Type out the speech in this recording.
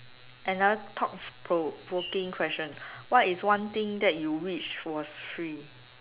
another thought provoking question what is one thing that you wish was free